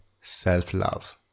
self-love